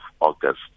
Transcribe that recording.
August